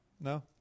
No